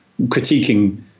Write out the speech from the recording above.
critiquing